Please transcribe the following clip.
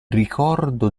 ricordo